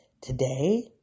today